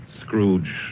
Scrooge